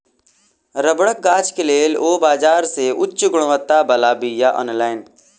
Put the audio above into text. रबड़क गाछ के लेल ओ बाजार से उच्च गुणवत्ता बला बीया अनलैन